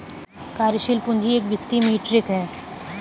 कार्यशील पूंजी एक वित्तीय मीट्रिक है